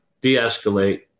de-escalate